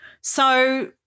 So-